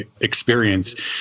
experience